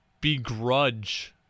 begrudge